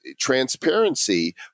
transparency